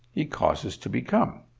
he causes to become.